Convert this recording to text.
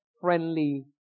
friendly